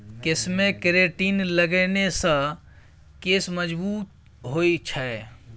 केशमे केरेटिन लगेने सँ केश मजगूत होए छै